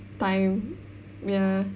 time ya